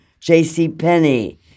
JCPenney